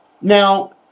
Now